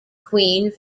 queen